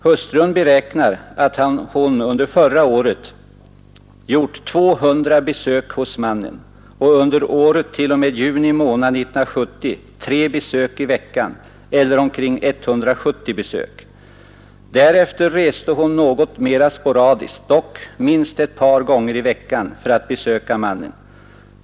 Hustrun beräknar att hon under första året gjort 200 besök hos mannen och andra året, t.o.m. juni månad 1970, tre besök i veckan eller omkring 170 besök. Därefter reste hon något mera sporadiskt, dock minst ett par gånger i veckan, för att besöka mannen.